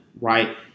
right